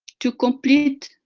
to complete.